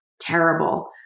terrible